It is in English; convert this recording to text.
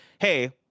hey